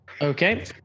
okay